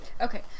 Okay